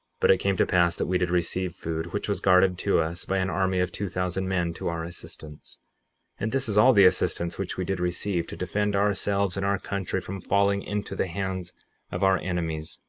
but it came to pass that we did receive food, which was guarded to us by an army of two thousand men to our assistance and this is all the assistance which we did receive, to defend ourselves and our country from falling into the hands of our enemies,